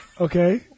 Okay